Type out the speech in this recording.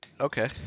okay